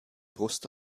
brust